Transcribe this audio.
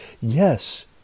Yes